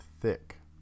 thick